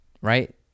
right